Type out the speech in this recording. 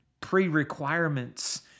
pre-requirements